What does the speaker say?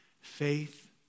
faith